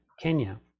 kenya